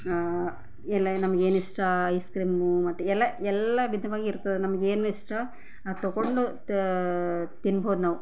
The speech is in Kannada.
ಎಲ್ಲ ನಮಗೆ ಏನಿಷ್ಟ ಐಸ್ ಕ್ರೀಮು ಮತ್ತು ಎಲ್ಲ ಎಲ್ಲ ವಿಧವಾಗಿರ್ತದೆ ನಮಗೇನಿಷ್ಟ ಅದು ತೊಗೊಂಡು ತ ತಿನ್ಬೋದು ನಾವು